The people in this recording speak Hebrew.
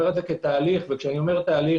כשאני אומר תהליך,